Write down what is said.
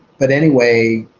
but anyway,